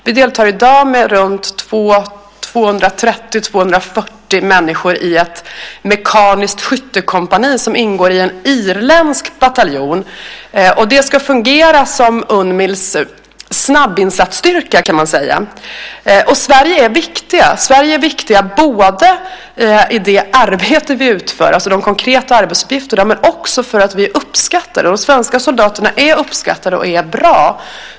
Vi deltar i dag med 230-240 människor i ett mekaniskt skyttekompani som ingår i en irländsk bataljon. Det ska fungera som Unmils snabbinsatsstyrka, kan man säga. Sverige är viktigt. Sverige är viktigt både i det arbete vi utför, de konkreta arbetsuppgifterna, och också för att vi är uppskattade. De svenska soldaterna är uppskattade och bra.